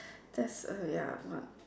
there's a ya what